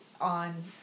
on